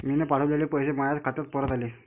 मीन पावठवलेले पैसे मायाच खात्यात परत आले